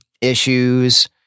Issues